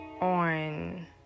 on